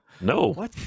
No